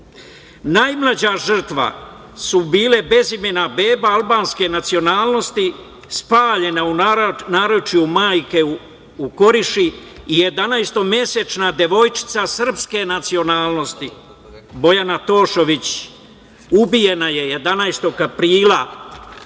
Najmlađa žrtva su bile bezimena beba albanske nacionalnosti spaljena u naručju majke u Koriši i jedanaestomesečna devojčica srpske nacionalnosti Bojana Tošović. Ubijena je 11. aprila